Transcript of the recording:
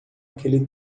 aquele